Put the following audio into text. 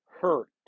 hurt